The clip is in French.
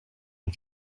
une